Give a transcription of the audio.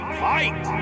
fight